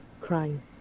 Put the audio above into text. crying